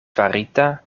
farita